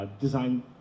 Design